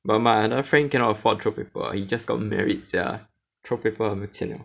but my other friend cannot afford throw paper he just got married sia throw paper 没有钱了